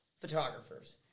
photographers